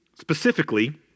Specifically